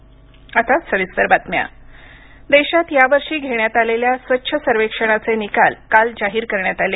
रुवच्छ सर्वेक्षण देशात यावर्षी घेण्यात आलेल्या स्वच्छ सर्वेक्षणाचे निकाल काल जाहीर करण्यात आले